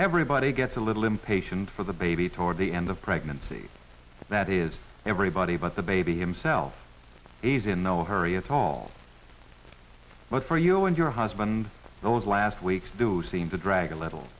everybody gets a little impatient for the baby toward the end of pregnancy that is everybody but the baby himself a's in military its all but for you and your husband those last weeks do seem to drag a little